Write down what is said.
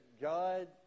God